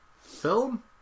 film